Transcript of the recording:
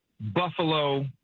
Buffalo